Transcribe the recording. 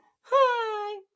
hi